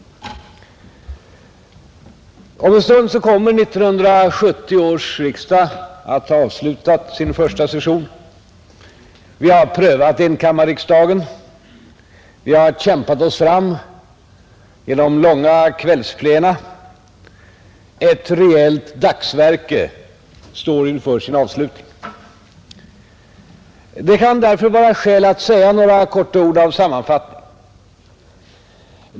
Om en stund kommer 1971 års riksdag att ha avslutat sin första session, Vi har prövat enkammarriksdagen, vi har kämpat oss fram genom långa kvällsplena,. Ett rejält dagsverke står inför sin avslutning. Det kan därför vara skäl att säga några ord av sammanfattning.